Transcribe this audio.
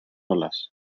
olas